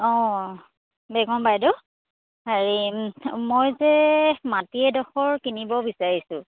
অঁ বেগম বাইদেউ হেৰি মই যে মাটি এডোখৰ কিনিব বিচাৰিছোঁ